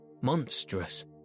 Monstrous